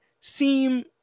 seem